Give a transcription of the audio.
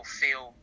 feel